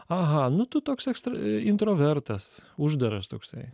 aha nu tu toks ekstra introvertas uždaras toksai